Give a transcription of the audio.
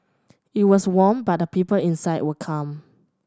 it was warm but the people inside were calm